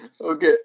Okay